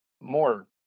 more